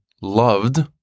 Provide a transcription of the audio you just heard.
loved